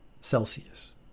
Celsius